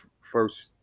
first